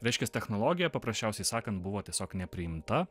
reiškias technologija paprasčiausiai sakant buvo tiesiog nepriimta